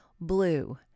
blue